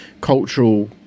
cultural